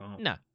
No